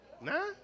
Nah